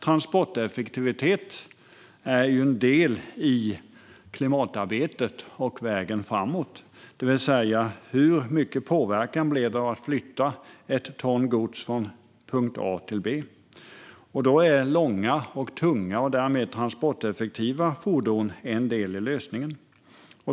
Transporteffektivitet är en del i klimatarbetet och vägen framåt, det vill säga hur mycket påverkan det blir av att flytta 1 ton gods från punkt A till punkt B. Då är långa, tunga och därmed transporteffektiva fordon en del i lösningen.